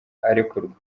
arekurwa